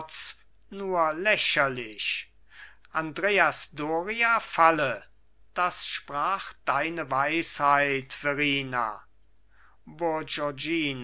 nur lächerlich andreas doria falle das sprach deine weisheit verrina